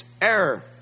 error